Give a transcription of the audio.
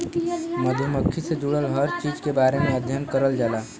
मधुमक्खी से जुड़ल हर चीज के बारे में अध्ययन करल जाला